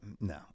No